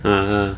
(uh huh)